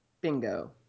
Bingo